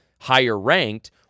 higher-ranked